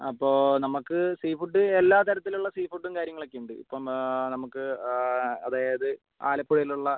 അപ്പോൾ നമുക്ക് seafood എല്ലാ തരത്തിലുള്ള സീ ഫുഡും കാര്യങ്ങളൊക്കെ ഉണ്ട് ഇപ്പം നമുക്ക് അതായത് ആലപ്പുഴയിലുള്ള